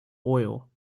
oil